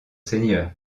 seigneur